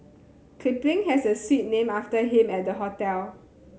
Kipling has a suite named after him at the hotel